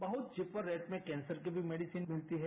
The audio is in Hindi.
बहुत चिपर रेट में कैंसर की भी मेडिसीन दूंढती है